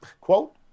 quote